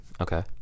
Okay